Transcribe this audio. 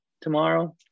tomorrow